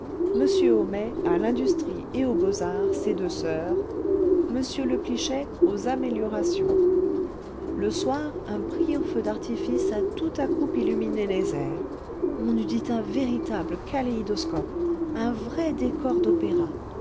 m homais à l'industrie et aux beaux-arts ces deux soeurs m leplichey aux améliorations le soir un brillant feu d'artifice a tout à coup illuminé les airs on eût dit un véritable kaléidoscope un vrai décor d'opéra